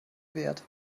wert